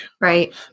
Right